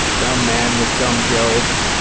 dumb man with dumb joke.